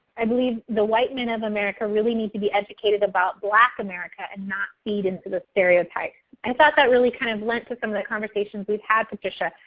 i believe the white men of america really need to be educated about black america and not feed into the stereotypes. i thought that really kind of lent to some of the conversations we've had, patricia.